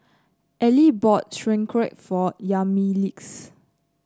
Elie bought Sauerkraut for Yamilex